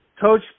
Coach